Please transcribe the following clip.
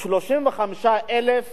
35,000 ילדים,